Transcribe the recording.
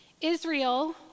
Israel